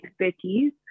expertise